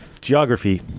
geography